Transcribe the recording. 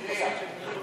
לשחרר אותה מבידוד,